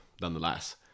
nonetheless